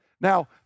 Now